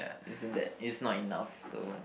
isn't that it's not enough so